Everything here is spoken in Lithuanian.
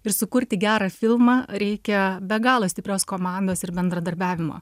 ir sukurti gerą filmą reikia be galo stiprios komandos ir bendradarbiavimo